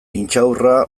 intxaurra